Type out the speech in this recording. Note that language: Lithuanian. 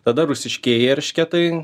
tada rusiškieji eršketai